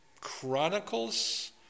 Chronicles